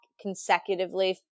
consecutively